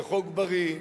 זה חוק בריא,